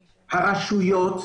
הרשויות,